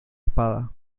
espada